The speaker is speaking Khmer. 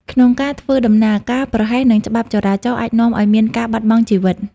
ក្នុងការធ្វើដំណើរ ការប្រហែសនឹងច្បាប់ចរាចរណ៍អាចនាំឱ្យមានការបាត់បង់ជីវិត។